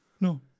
No